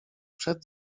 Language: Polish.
przed